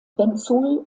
benzol